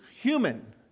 human